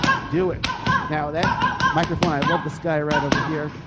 do it now that microphone. i love the sky right over here.